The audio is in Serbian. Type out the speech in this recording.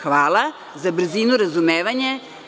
Hvala, za brzinu, razumevanje.